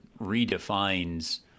redefines